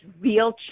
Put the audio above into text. real